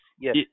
yes